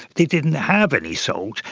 they didn't have any salt,